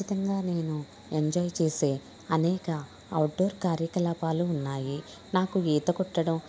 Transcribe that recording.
ఖచ్చితంగా నేను ఎంజాయ్ చేసే అనేక అవుట్డోర్ కార్యకలాపాలు ఉన్నాయి నాకు ఈత కొట్టడం